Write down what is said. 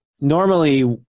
Normally